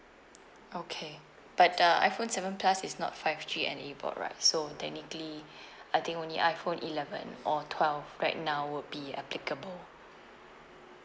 okay but uh iphone seven plus is not five G enabled right so technically I think only iphone eleven or twelve right now would be applicable